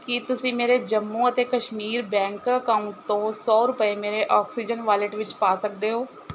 ਕੀ ਤੁਸੀਂ ਮੇਰੇ ਜੰਮੂ ਅਤੇ ਕਸ਼ਮੀਰ ਬੈਂਕ ਅਕਾਊਂਟ ਤੋਂ ਸੌ ਰੁਪਏ ਮੇਰੇ ਆਕਸੀਜਨ ਵਾਲਿਟ ਵਿੱਚ ਪਾ ਸਕਦੇ ਹੋ